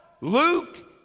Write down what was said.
Luke